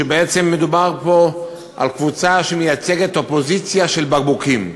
שבעצם מדובר פה על קבוצה שמייצגת אופוזיציה של בקבוקים.